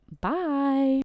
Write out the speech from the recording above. bye